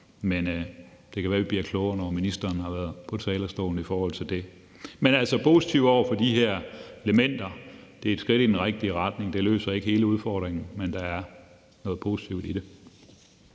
Men det kan være, at vi bliver klogere i forhold til det, når ministeren har været på talerstolen. Men vi er altså positive over for de her elementer, som er et skridt i den rigtige retning. Det løser ikke hele udfordringen, men der er noget positivt i det.